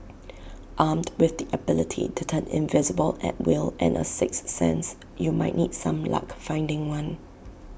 armed with the ability to turn invisible at will and A sixth sense you might need some luck finding one